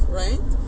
right